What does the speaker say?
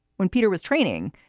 when peter was training,